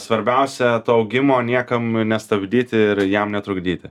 svarbiausia to augimo niekam nestabdyti ir jam netrukdyti